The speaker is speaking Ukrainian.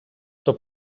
хто